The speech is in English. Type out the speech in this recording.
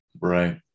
Right